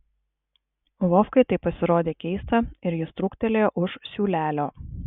vovkai tai pasirodė keista ir jis trūktelėjo už siūlelio